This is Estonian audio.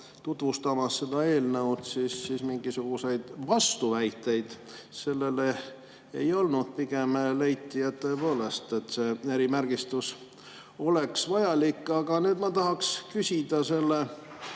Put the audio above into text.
tutvustamas seda eelnõu, tegelikult mingisuguseid vastuväiteid sellele ei olnud. Pigem leiti, et tõepoolest oleks see erimärgistus vajalik. Aga nüüd ma tahaks küsida selle